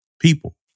people